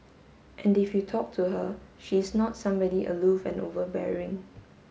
and if you talk to her she's not somebody aloof and overbearing